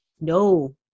no